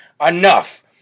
enough